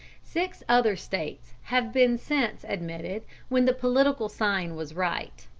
six other states have been since admitted when the political sign was right.